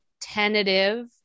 tentative